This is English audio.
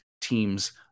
teams